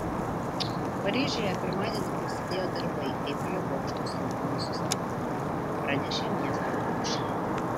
paryžiuje pirmadienį prasidėjo darbai eifelio bokšto saugumui sustiprinti pranešė miesto rotušė